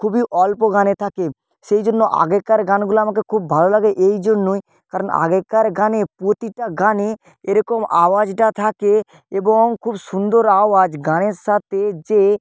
খুবই অল্প গানে থাকে সেই জন্য আগেকারের গানগুলা আমাকে খুব ভালো লাগে এই জন্যই কারণ আগেকার গানে প্রতিটা গানে এরকম আওয়াজটা থাকে এবং খুব সুন্দর আওয়াজ গানের সাথে যে